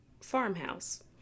farmhouse